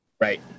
Right